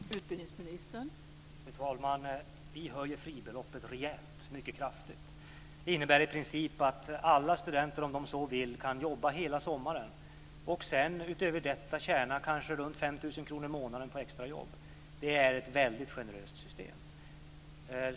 Fru talman! Vi höjer fribeloppet mycket kraftigt. Det innebär i princip att alla studenter om de så vill kan jobba hela sommaren och sedan utöver detta tjäna runt 5 000 kr i månaden på extrajobb. Det är ett väldigt generöst system.